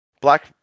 Black